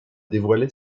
dévoilé